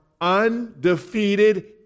undefeated